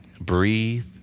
breathe